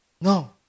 No